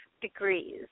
degrees